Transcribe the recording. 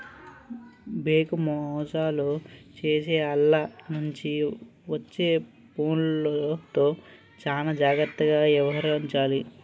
bank మోసాలు చేసే ఆల్ల నుంచి వచ్చే ఫోన్లతో చానా జాగర్తగా యవహరించాలి